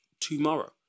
tomorrow